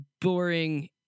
boring